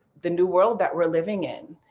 the new world that we are living in.